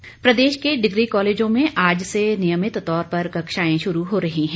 college खुले प्रदेश के डिग्री कॉलेजों में आज से नियमित तौर पर कक्षाएं शुरू हो रही हैं